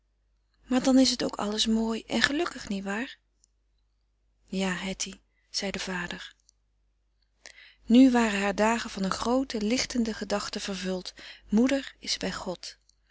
maar dan is t ook alles mooi en gelukkig niewaar ja hetty zei de vader frederik van eeden van de koele meren des doods nu waren haar dagen van een groote lichtende gedachte vervuld moeder is bij god